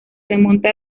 remonta